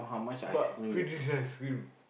but free this ice cream